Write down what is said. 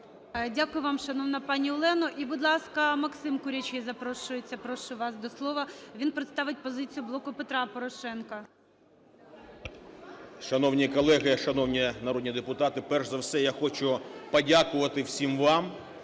Дякую вам, шановна пані Олено. І, будь ласка, Максим Курячий запрошується, прошу вас до слова, він представить позицію "Блоку Петра Порошенка". 16:45:43 КУРЯЧИЙ М.П. Шановні колеги, шановні народні депутати! Перш за все, я хочу подякувати всім вам